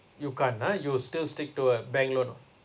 you can't ah you'll still stick to a bank loan oh